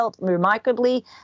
remarkably